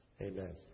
Amen